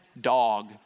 dog